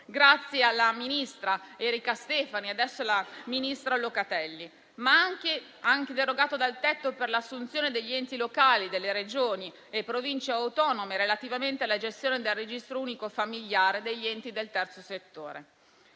grazie alla ministra Erika Stefani e adesso alla ministra Locatelli. Tale lavoro ha anche derogato al tetto per l'assunzione da parte degli enti locali, delle Regioni e delle Province autonome, relativamente alla gestione del registro unico familiare degli enti del terzo settore.